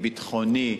ביטחוני.